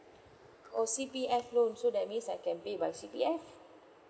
oh C_P_F loan so that means I can pay by C_P_F